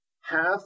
Half